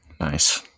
nice